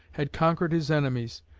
had conquered his enemies,